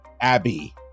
abby